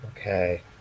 Okay